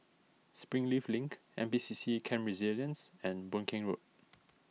Springleaf Link N P C C Camp Resilience and Boon Keng Road